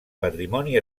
patrimoni